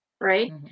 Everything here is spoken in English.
right